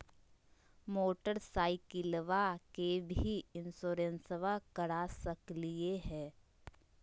मोटरसाइकिलबा के भी इंसोरेंसबा करा सकलीय है?